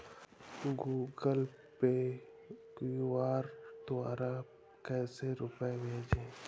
Google Pay QR द्वारा कैसे रूपए भेजें?